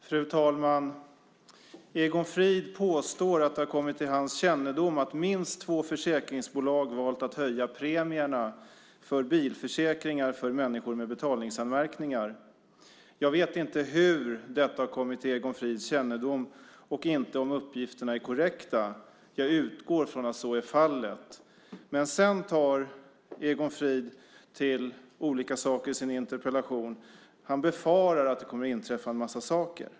Fru talman! Egon Frid påstår att det har kommit till hans kännedom att minst två försäkringsbolag valt att höja premierna för bilförsäkringar för människor med betalningsanmärkningar. Jag vet inte hur detta har kommit till Egon Frids kännedom och inte om uppgifterna är korrekta. Jag utgår från att så är fallet. Men sedan tar Egon Frid till olika saker i sin interpellation. Han befarar att det kommer att inträffa en massa saker.